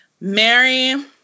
mary